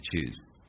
choose